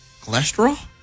Cholesterol